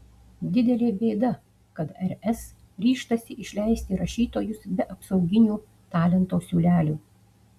didelė bėda kad rs ryžtasi išleisti rašytojus be apsauginių talento siūlelių